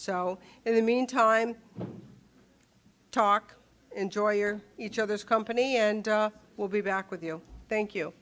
so in the meantime talk enjoy your each other's company and we'll be back with you thank you